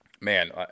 man